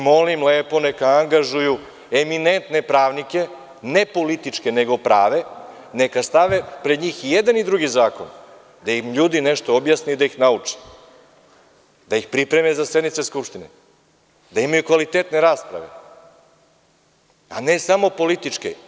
Molim lepo, neka angažuju eminentne pravnike, ne političke nego prave, neka stave pred njih i jedan i drugi zakon, da im ljudi nešto objasne i da ih nauče, da ih pripreme za sednice Skupštine, da imaju kvalitetne rasprave, a ne samo političke.